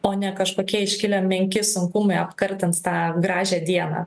o ne kažkokie iškilę menki sunkumai apkartins tą gražią dieną